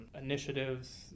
initiatives